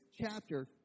chapter